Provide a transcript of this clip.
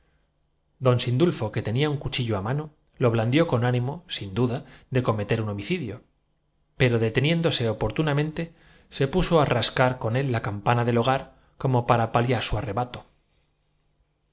don sindulfo que tenía un cuchillo á mano lo das sus piezas desmontadas y encajonados en un blandió con ánimo sin duda de cometer un homicidio coche de primera el inventor su amigo la sobrina y el sinapismo de la criada emprendieron todos súbita pero deteniéndose oportunamente se puso á rascar mente el camino de parís donde el enamorado tutor con él la campana del hogar como para paliar su arre